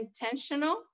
intentional